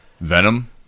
Venom